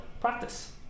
practice